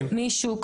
מישהו?